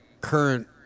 current